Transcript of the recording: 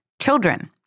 Children